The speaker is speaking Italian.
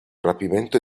rapimento